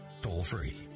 toll-free